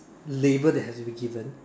label that has been given